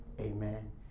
Amen